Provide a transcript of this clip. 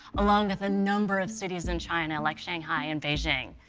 along with a number of cities in china like shanghai and beijing.